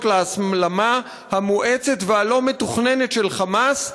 להסלמה המואצת והלא-מתוכננת של "חמאס",